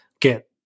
get